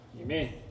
Amen